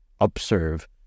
observe